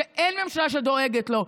שאין ממשלה שדואגת לו,